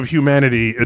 Humanity